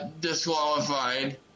disqualified